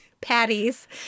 Patties